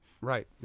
Right